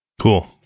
Cool